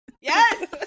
Yes